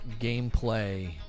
gameplay